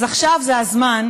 אז עכשיו זה הזמן,